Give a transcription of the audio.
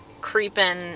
creeping